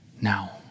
now